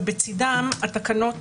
ובצידם התקנות